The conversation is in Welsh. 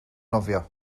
nofio